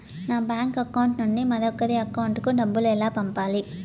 నా bank account నుండి మరొకరి అకౌంట్ కు డబ్బులు ఎలా పంపాలి